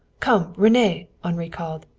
come, rene! henri called.